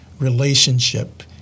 relationship